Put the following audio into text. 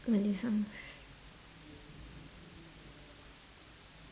malay songs